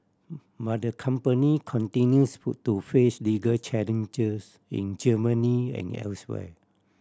but the company continues to face legal challenges in Germany and elsewhere